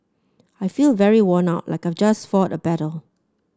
I feel very worn out like I've just fought a battle